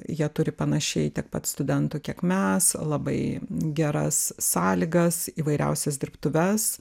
jie turi panašiai tiek pat studentų kiek mes labai geras sąlygas įvairiausias dirbtuves